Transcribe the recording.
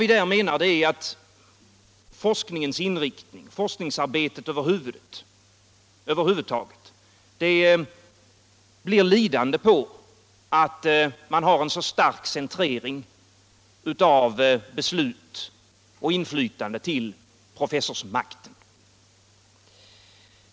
Vi menar däremot att forskningens inriktning och forskningsarbetet över huvud taget blir lidande på att man har en så stark centrering av beslut och inflytande till professorsmakten.